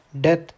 death